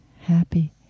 happy